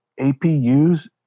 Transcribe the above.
apus